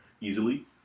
easily